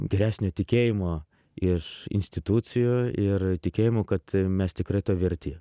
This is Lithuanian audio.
geresnio tikėjimo iš institucijų ir tikėjimo kad mes tikrai to verti